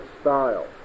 style